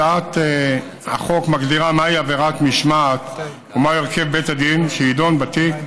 הצעת החוק מגדירה מהי עבירת משמעת ומה יהיה הרכב בית הדין שידון בתיק,